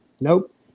Nope